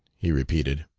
he repeated.